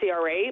CRA